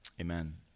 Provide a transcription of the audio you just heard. Amen